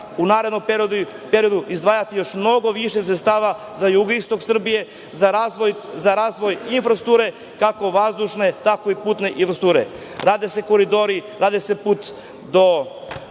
u narednom periodu izdvajati još mnogo više sredstava za jugoistok Srbije, za razvoj infrastrukture, kako vazdušne, tako i putne infrastrukture. Rade se koridori, radi se put do